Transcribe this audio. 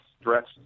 stretched